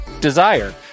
Desire